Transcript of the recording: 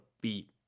beat